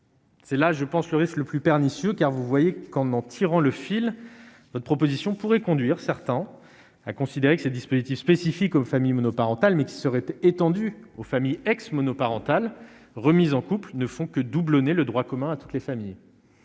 C'est là, je pense que le risque le plus pernicieux, car vous voyez qu'en en tirant le fil votre proposition pourrait conduire certains à considérer que ces dispositifs spécifiques aux familles monoparentales mais qui serait étendue aux familles, ex-monoparentales remise en couple ne font que doublonner le droit commun à toutes les familles,